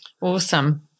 Awesome